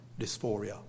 dysphoria